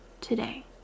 today